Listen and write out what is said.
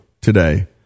today